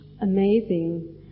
amazing